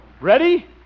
Ready